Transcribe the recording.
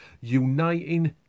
Uniting